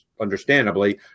understandably